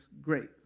great